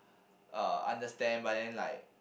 uh understand but then like